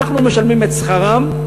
אנחנו משלמים את שכרם,